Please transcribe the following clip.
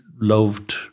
loved